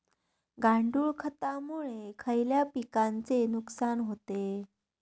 गांडूळ खतामुळे खयल्या पिकांचे नुकसान होते?